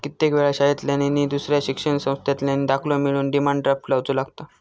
कित्येक वेळा शाळांतल्यानी नि दुसऱ्या शिक्षण संस्थांतल्यानी दाखलो मिळवूक डिमांड ड्राफ्ट लावुचो लागता